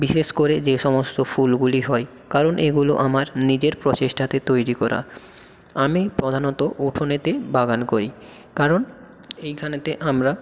বিশেষ করে যে সমস্ত ফুলগুলি হয় কারণ এগুলো আমার নিজের প্রচেষ্টাতে তৈরি করা আমি প্রধানত উঠোনেতে বাগান করি কারণ এইখানেতে আমরা